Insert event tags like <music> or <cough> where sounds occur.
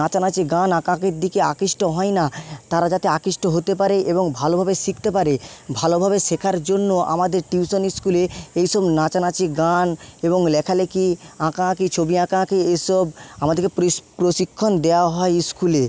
নাচানাচি গান আঁকা আঁকির দিকে আকৃষ্ট হয় না তারা যাতে আকৃষ্ট হতে পারে এবং ভালোভাবে শিখতে পারে ভালোভাবে শেখার জন্য আমাদের টিউশানি স্কুলে এই সব নাচানাচি গান এবং লেখালেখি আঁকা আঁকি ছবি আঁকা আঁকি এসব আমাদেরকে <unintelligible> প্রশিক্ষণ দেওয়া হয় স্কুলে